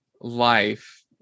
life